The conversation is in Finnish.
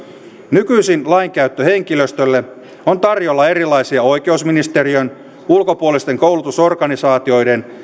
nykyisin lainkäyttöhenkilöstölle on tarjolla erilaisia oikeusministeriön ulkopuolisten koulutusorganisaatioiden